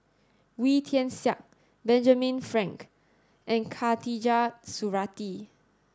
Wee Tian Siak Benjamin Frank and Khatijah Surattee